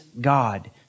God